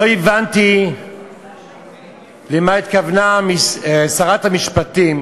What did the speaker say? לא הבנתי למה התכוונה שרת המשפטים